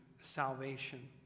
salvation